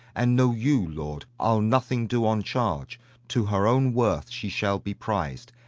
and know you, lord, i'll nothing do on charge to her own worth she shall be priz'd.